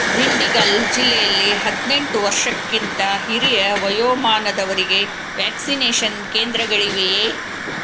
ದಿಂಡಿಗಲ್ ಜಿಲ್ಲೆಯಲ್ಲಿ ಹದಿನೆಂಟು ವರ್ಷಕ್ಕಿಂತ ಹಿರಿಯ ವಯೋಮಾನದವರಿಗೆ ವ್ಯಾಕ್ಸಿನೇಷನ್ ಕೇಂದ್ರಗಳಿವೆಯೇ